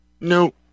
No